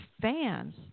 fans